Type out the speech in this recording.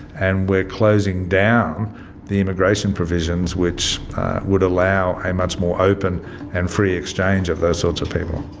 and we're closing down the immigration provisions which would allow a much more open and free exchange of those sorts of people.